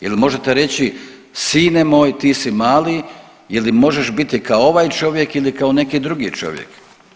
Jel' možete reći sine moj ti si mali ili možeš biti kao ovaj čovjek ili kao neki drugi čovjek.